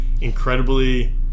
incredibly